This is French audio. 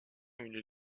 une